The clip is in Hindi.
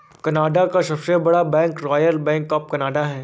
कनाडा का सबसे बड़ा bank royal bank of Canada है